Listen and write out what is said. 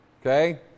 Okay